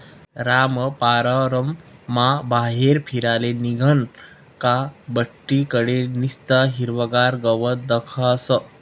रामपाररमा बाहेर फिराले निंघनं का बठ्ठी कडे निस्तं हिरवंगार गवत दखास